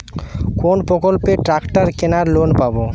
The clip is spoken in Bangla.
কোন প্রকল্পে ট্রাকটার কেনার লোন পাব?